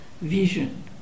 vision